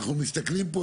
אנחנו מסתכלים פה,